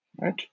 right